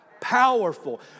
Powerful